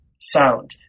sound